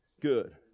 good